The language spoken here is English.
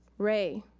rea,